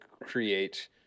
create